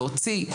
להוציא,